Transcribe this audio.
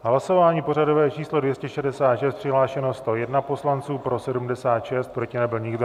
Hlasování pořadové číslo 266, přihlášeno 101 poslanců, pro 76, proti nebyl nikdo.